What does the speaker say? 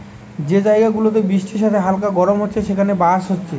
যে জায়গা গুলাতে বৃষ্টির সাথে হালকা গরম হচ্ছে সেখানে বাঁশ হচ্ছে